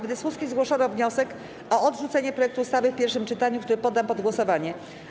W dyskusji zgłoszono wniosek o odrzucenie projektu ustawy w pierwszym czytaniu, który poddam pod głosowanie.